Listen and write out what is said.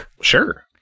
Sure